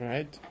Right